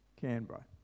Canberra